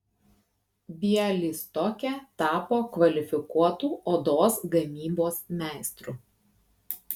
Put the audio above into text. bialystoke tapo kvalifikuotu odos gamybos meistru